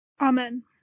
Amen